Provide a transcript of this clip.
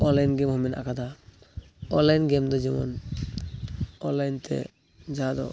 online ᱜᱮᱢᱦᱚᱸ ᱢᱮᱱᱟᱜ ᱟᱠᱟᱫᱟ ᱚᱱᱞᱟᱭᱤᱱ ᱜᱮᱢᱫᱚ ᱡᱮᱢᱚᱱ ᱚᱱᱞᱟᱭᱤᱱᱛᱮ ᱡᱟᱦᱟᱸᱫᱚ